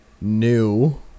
new